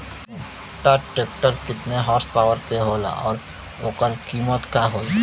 छोटा ट्रेक्टर केतने हॉर्सपावर के होला और ओकर कीमत का होई?